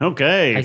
Okay